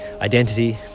identity